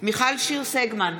מיכל שיר סגמן,